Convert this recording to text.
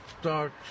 start